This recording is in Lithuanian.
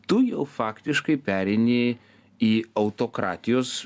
tu jau faktiškai pereini į autokratijos